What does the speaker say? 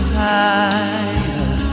higher